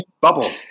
Bubble